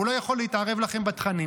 הוא לא יכול להתערב לכם בתכנים.